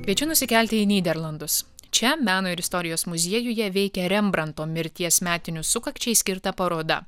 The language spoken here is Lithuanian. kviečiu nusikelti į nyderlandus čia meno ir istorijos muziejuje veikia rembranto mirties metinių sukakčiai skirta paroda